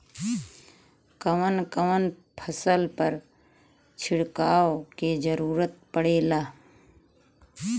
कवन कवन फसल पर छिड़काव के जरूरत पड़ेला?